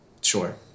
Sure